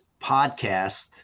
podcast